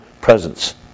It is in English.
presence